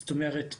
זאת אומרת,